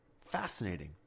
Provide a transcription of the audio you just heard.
Fascinating